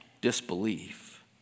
disbelief